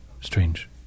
strange